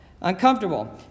Uncomfortable